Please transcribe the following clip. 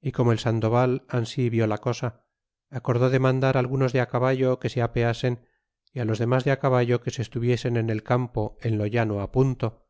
y como el sandoval ansi vió la cosa acordó de mandar algunos de caballo que se apeasen y á los demas de á caballo que se estuviesen en el campo en lo llano punto